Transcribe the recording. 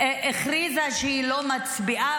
הכריזה שהיא לא מצביעה,